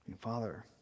Father